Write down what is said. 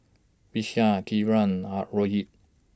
Vishal Kiran R Rohit